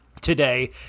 Today